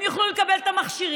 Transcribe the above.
הם יוכלו לקבל את המכשירים,